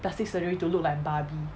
plastic surgery to look like barbie